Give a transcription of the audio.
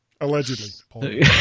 Allegedly